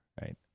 right